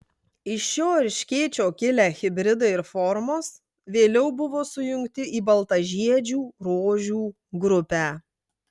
iš šio erškėčio kilę hibridai ir formos vėliau buvo sujungti į baltažiedžių rožių grupę